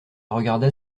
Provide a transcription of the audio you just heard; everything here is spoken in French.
regarda